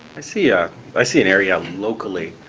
i see ah i see an area locally